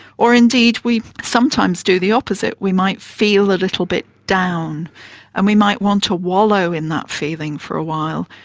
or indeed we sometimes do the opposite, we might feel a little bit down and we might want to wallow in that feeling for a while,